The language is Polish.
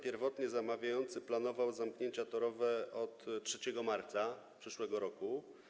Pierwotnie zamawiający planował zamknięcia torowe od 3 marca przyszłego roku.